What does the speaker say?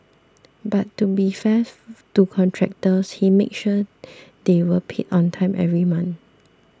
but to be fair to contractors he made sure they were paid on time every month